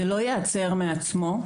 זה לא ייעצר בעצמו,